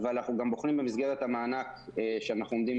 אבל אנחנו גם בוחנים במסגרת המענק שאנחנו עומדים